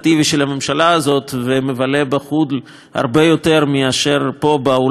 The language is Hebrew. הזאת ומבלה בחו"ל הרבה יותר מאשר פה באולם המליאה,